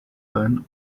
then